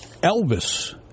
Elvis